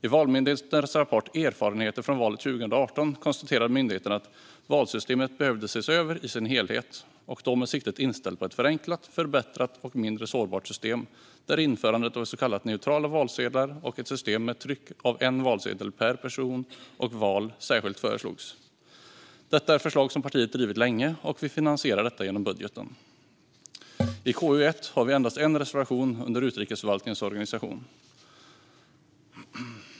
I Valmyndighetens rapport, Erfarenheter från valen 2018 , konstaterade myndigheten att valsystemet behöver ses över i sin helhet med siktet inställt på ett förenklat, förbättrat och mindre sårbart system, där införandet av så kallade neutrala valsedlar och ett system med tryck av en valsedel per person och val särskilt föreslogs. Detta är förslag som Sverigedemokraterna har drivit länge, och vi finansierar detta genom budgeten. I KU1 under Utrikesförvaltningens organisation har vi endast en reservation.